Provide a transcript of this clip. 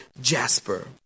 jasper